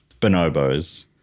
bonobos